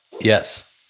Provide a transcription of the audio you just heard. yes